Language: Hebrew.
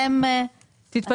אם